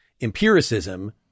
empiricism